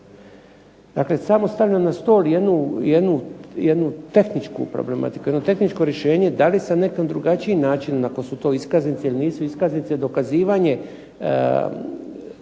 Dakle, samo stavljam na stol jednu tehničku problematiku, jedno tehničko rješenje da li se nekom drugačiji način ako su to iskaznice ili nisu iskaznice dokazivanje